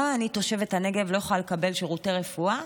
למה אני, תושבת הנגב, לא יכולה לקבל שירותי רפואה